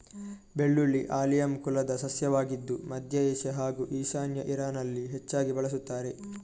ಬೆಳ್ಳುಳ್ಳಿ ಆಲಿಯಮ್ ಕುಲದ ಸಸ್ಯವಾಗಿದ್ದು ಮಧ್ಯ ಏಷ್ಯಾ ಹಾಗೂ ಈಶಾನ್ಯ ಇರಾನಲ್ಲಿ ಹೆಚ್ಚಾಗಿ ಬಳಸುತ್ತಾರೆ